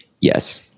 yes